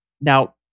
Now